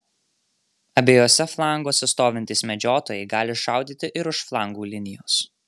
abiejuose flanguose stovintys medžiotojai gali šaudyti ir už flangų linijos